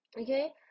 okay